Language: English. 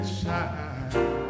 shine